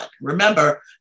Remember